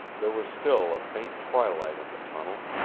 there was still a faint twilight in the tunnel,